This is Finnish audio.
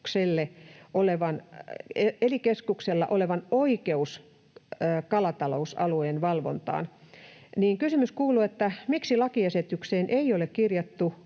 ely-keskuksella olevan oikeus kalatalousalueen valvontaan. Kysymys kuuluu, miksi lakiesitykseen ei ole kirjattu